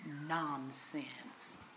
Nonsense